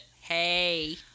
Hey